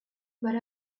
but